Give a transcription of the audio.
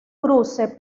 cruce